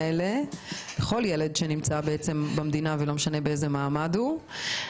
לכל ילד שנמצא במדינה ולא משנה באיזה מעמד הוא.